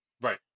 Right